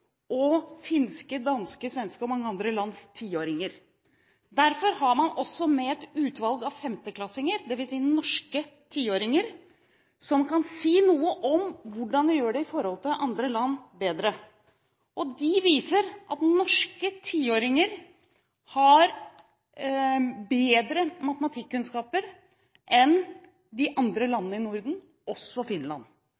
og finske, danske, svenske og mange andre lands tiåringer. Derfor har man også med et utvalg av 5.-klassinger, dvs. norske tiåringer, som bedre kan si noe om hvordan vi gjør det i forhold til andre land. De viser at norske tiåringer har bedre matematikkunnskaper enn de andre